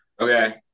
Okay